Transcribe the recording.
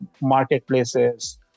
marketplaces